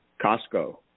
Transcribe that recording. Costco